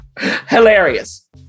Hilarious